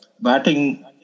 batting